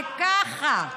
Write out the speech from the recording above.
וככה.